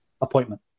appointment